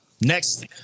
next